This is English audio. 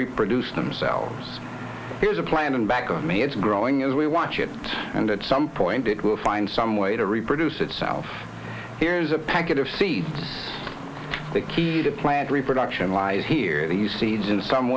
reproduce themselves here's a plant in back of me it's growing as we watch it and at some point it will find some way to reproduce itself here's a packet of seeds the key to plant reproduction lies here these seeds in some